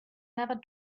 never